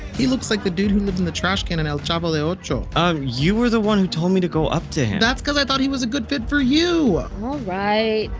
he looks like the dude who lived in the trash can in el chavo del ocho. um you were the one who told me to go up to him that's cause i thought he was a good fit for you right.